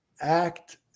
act